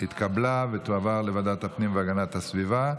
התקבלה ותעבור לוועדת הפנים והגנת הסביבה.